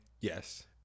Yes